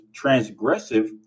transgressive